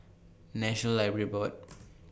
National Library Board